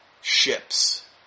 ships